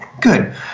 Good